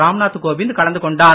ராம்நாத் கோவிந்த் கலந்து கொண்டார்